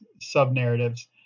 sub-narratives